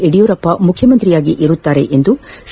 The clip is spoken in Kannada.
ಯಡಿಯೂರಪ್ಪ ಮುಖ್ಯಮಂತ್ರಿಯಾಗಿ ಇರುತ್ತಾರೆ ಎಂದು ಸಿ